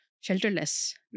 shelterless